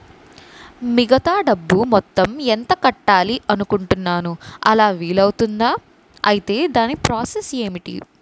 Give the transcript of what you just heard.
మిగతా డబ్బు మొత్తం ఎంత కట్టాలి అనుకుంటున్నాను అలా వీలు అవ్తుంధా? ఐటీ దాని ప్రాసెస్ ఎంటి?